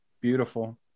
Beautiful